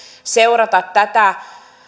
seurata tätä